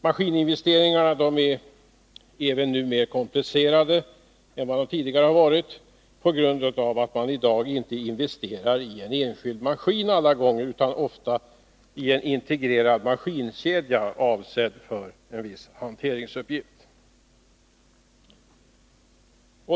Maskininvesteringarna är nu mer komplicerade än de tidigare har varit på grund av att man i dag inte alltid investerar i en enskild maskin, utan ofta i en integrerad maskinkedja, avsedd för en viss hanteringsuppgift.